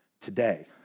today